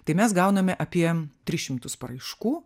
tai mes gauname apie tris šimtus paraiškų